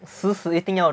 死死一定要